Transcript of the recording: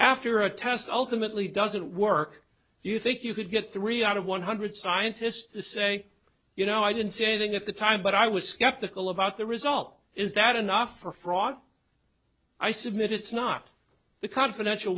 after a test ultimately doesn't work you think you could get three out of one hundred scientists to say you know i didn't see anything at the time but i was skeptical about the result is that enough for fraud i submit it's not the confidential